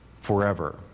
forever